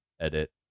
edit